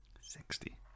Sixty